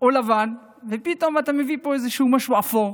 או לבן, ופתאום אתה מביא לפה משהו אפו,.